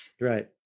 right